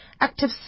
active